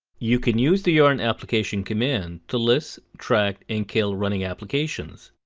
you can use the yarn application command to list, track, and kill running applications.